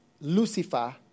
Lucifer